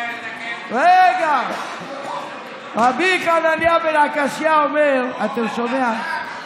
רבי חנניה בן עקשיא אומר, אתה שומע?